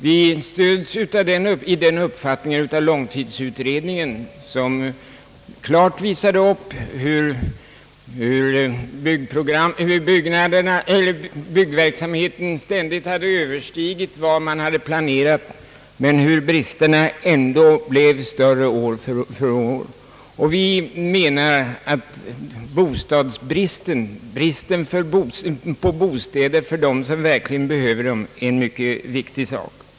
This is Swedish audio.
Vi stöds i den uppfattningen av långtidsutredningen, som klart visade hur byggnadsverksamheten ständigt hade överstigit vad man planerat men hur bristerna ändå blev större år för år. Vi menar att bristen på bostäder för dem som verkligen behöver sådana är en mycket viktig sak.